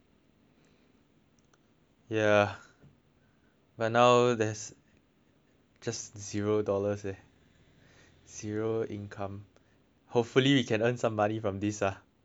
ya but now there's just zero dollars eh zero income hopefully we can earn some money from this ah